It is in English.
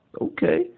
Okay